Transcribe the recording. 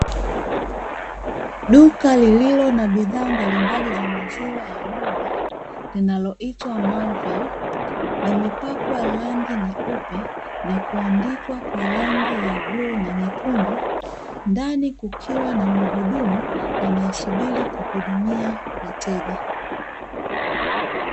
Duka lililo na bidhaa mbalimbali za maziwa ya ng'ombe linaloitwa "MARVEL " limepakwa rangi nyeupe na kuandikwa kwa rangi ya bluu na nyekundu ndani kukiwa na mhudumu anayesubiri kuhudumia wateja.